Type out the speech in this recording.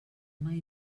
mai